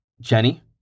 Jenny